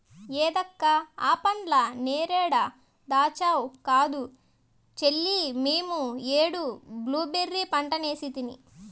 ఏంది అక్క ఆ పండ్లు నేరేడా దాచ్చా కాదు చెల్లే మేమీ ఏడు బ్లూబెర్రీ పంటేసితిని